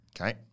Okay